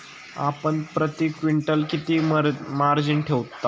आपण प्रती क्विंटल किती मार्जिन ठेवता?